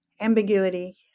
ambiguity